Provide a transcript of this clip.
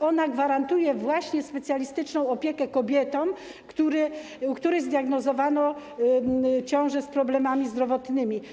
Ona gwarantuje właśnie specjalistyczną opiekę kobietom, u których zdiagnozowano ciążę z problemami zdrowotnymi.